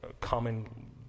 common